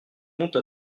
monte